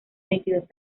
veintidós